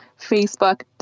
Facebook